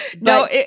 No